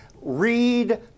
read